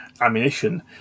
ammunition